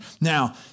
Now